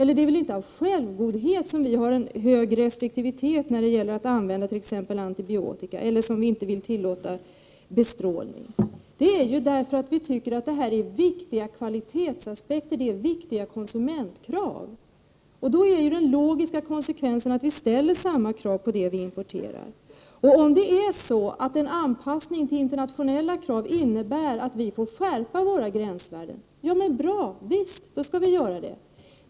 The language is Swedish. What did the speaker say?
Det är inte av självgodhet som vi har en hög restriktivitet när det gäller att använda t.ex. antibiotika, eller som vi inte vill tillåta bestrålning. Vi gör det därför att vi tycker att detta är viktiga kvalitetsaspekter, det är viktiga konsumentkrav. Då är den logiska konsekvensen att vi ställer samma krav på det vi importerar. Är det så att en anpassning till internationella krav innebär att vi får skärpa våra gränsvärden, då är det bra och vi skall göra det.